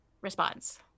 response